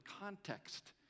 context